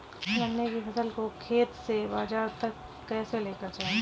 गन्ने की फसल को खेत से बाजार तक कैसे लेकर जाएँ?